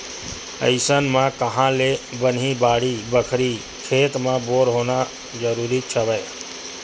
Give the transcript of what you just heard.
अइसन म काँहा ले बनही बाड़ी बखरी, खेत म बोर होना जरुरीच हवय